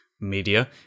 media